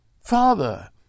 Father